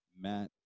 Matt